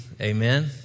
Amen